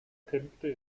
kämpfte